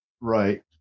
Right